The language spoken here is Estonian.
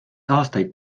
aastaid